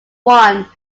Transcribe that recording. one